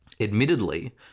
Admittedly